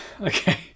okay